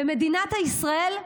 ומדינת ישראל,